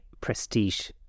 prestige